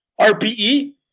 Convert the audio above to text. RPE